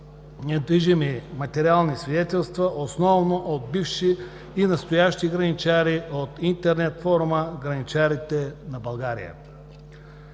недвижими материални свидетелства, основно от бивши и настоящи граничари от интернет форума „Граничарите на България“.